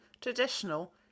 traditional